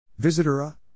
Visitora